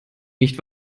nicht